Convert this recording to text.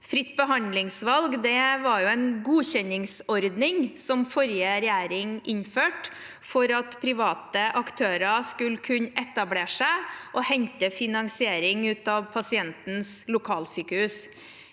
Fritt behandlingsvalg var en godkjenningsordning som forrige regjering innførte for at private aktører skulle kunne etablere seg og hente finansiering fra pasientens lokalsykehus.